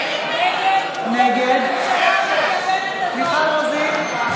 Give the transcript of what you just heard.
נגד מיכל רוזין,